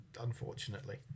unfortunately